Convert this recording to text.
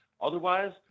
Otherwise